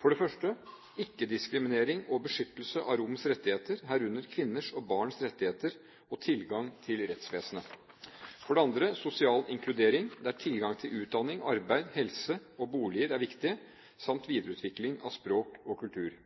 For det første fremheves ikke-diskriminering og beskyttelse av romenes rettigheter, herunder kvinners og barns rettigheter, og tilgang til rettsvesenet. For det andre fremheves sosial inkludering, der tilgang til utdanning, arbeid, helse og boliger er viktig, samt videreutvikling av språk og kultur.